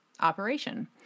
operation